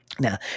Now